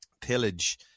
pillage